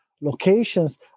locations